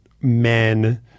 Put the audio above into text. men